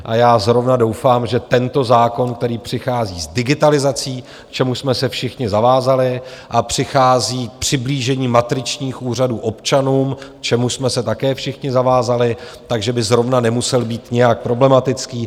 A já zrovna doufám, že tento zákon, který přichází s digitalizací, k čemuž jsme se všichni zavázali, a přichází přiblížení matričních úřadů občanům, k čemuž jsme se také všichni zavázali, takže by zrovna nemusel být nějak problematický.